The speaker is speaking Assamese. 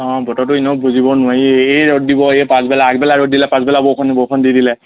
অঁ বতৰটো এনেও বুজিব নোৱাৰি এই এই ৰ'দ দিব এই পাছবেলা আগ বেলা ৰ'দ দিলে পাছবেলা বৰষুণ দি দিলে